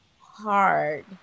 Hard